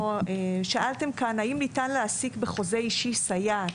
שאלתם כאן האם ניתן להעסיק בחוזה אישי סייעת.